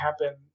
happen